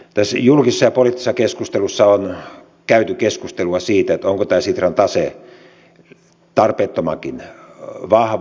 tässä julkisessa ja poliittisessa keskustelussa on käyty keskustelua siitä onko tämä sitran tase tarpeettomankin vahva